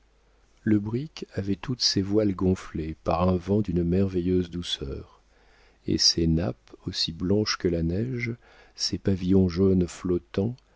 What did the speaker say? le brick avait toutes ses voiles gonflées par un vent d'une merveilleuse douceur et ces nappes aussi blanches que la neige ces pavillons jaunes flottants